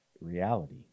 reality